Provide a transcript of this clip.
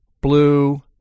blue